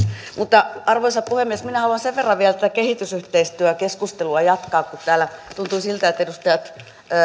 mutta arvoisa puhemies minä haluan sen verran vielä tätä kehitysyhteistyökeskustelua jatkaa kun tuntuu siltä edustaja